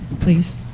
please